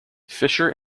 fischer